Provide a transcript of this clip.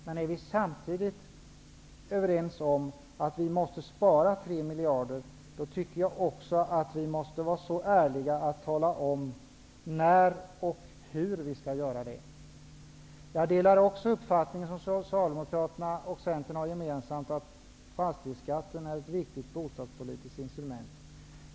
Men när vi nu samtidigt är överens om att vi måste spara 3 miljarder, tycker jag att vi måste vara så ärliga att vi talar om när och hur vi skall göra det. Jag delar också den uppfattning som Socialdemokraterna och Centern har gemensam, att fastighetsskatten är ett viktigt bostadspolitiskt instrument.